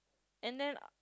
and then